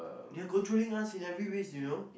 they're controlling us in every ways you know